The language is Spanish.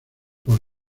por